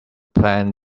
plan